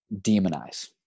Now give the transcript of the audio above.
demonize